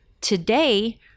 today